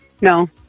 No